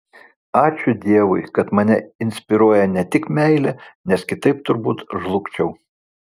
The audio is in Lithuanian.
ačiū dievui kad mane inspiruoja ne tik meilė nes kitaip turbūt žlugčiau